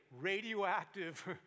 radioactive